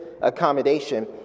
accommodation